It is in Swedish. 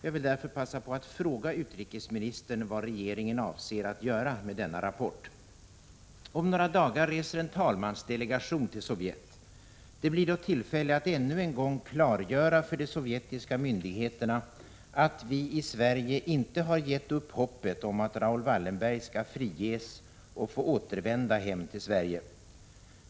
Jag vill därför passa på att fråga utrikesministern vad regeringen avser att göra med denna rapport. Om några dagar reser en talmansdelegation till Sovjet. Det blir då tillfälle att ännu en gång klargöra för de sovjetiska myndigheterna att vi i Sverige inte har gett upp hoppet om att Raoul Wallenberg skall friges och få återvända hem till Sverige.